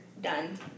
done